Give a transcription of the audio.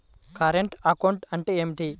Current account అంటే ఏమిటి?